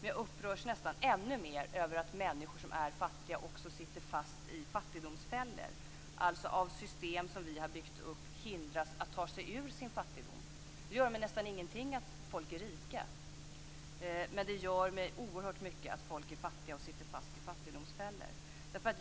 Jag upprörs nästan ännu mer över att människor som är fattiga också sitter fast i fattigdomsfällor och av system som vi har byggt upp hindras att ta sig ur sin fattigdom. Det gör mig nästan ingenting att folk är rika, men det gör mig oerhört mycket att folk är fattiga och sitter fast i fattigdomsfällor.